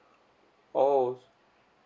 oh